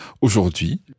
aujourd'hui